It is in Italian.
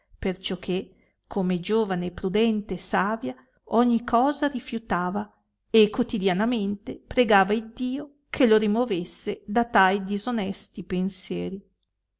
indarno perciò che come giovane prudente e savia ogni cosa rifiutava e cotidianamente pregava iddio che lo rimovesse da tai disonesti pensieri